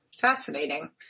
Fascinating